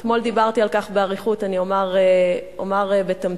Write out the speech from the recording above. אתמול דיברתי על כך באריכות, ואני אומר בתמצית.